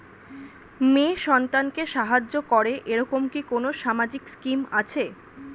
মেয়ে সন্তানকে সাহায্য করে এরকম কি কোনো সামাজিক স্কিম আছে?